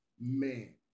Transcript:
Man